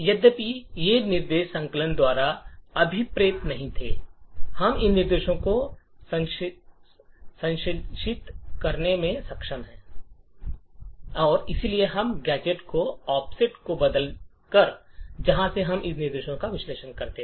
यद्यपि ये निर्देश संकलक द्वारा अभिप्रेत नहीं थे हम इन निर्देशों को संश्लेषित करने में सक्षम हैं और इसलिए इस गैजेट को ऑफसेट को बदलकर जहां से हम निर्देशों का विश्लेषण करते हैं